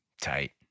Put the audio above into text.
Tight